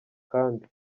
kandi